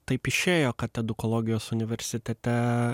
taip išėjo kad edukologijos universitete